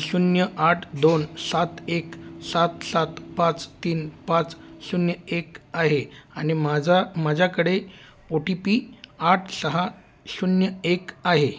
शून्य आठ दोन सात एक सात सात पाच तीन पाच शून्य एक आहे आणि माझा माझ्याकडे ओ टी पी आठ सहा शून्य एक आहे